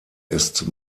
ist